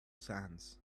sands